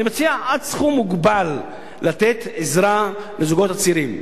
אני מציע עד סכום מוגבל לתת עזרה לזוגות הצעירים.